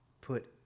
put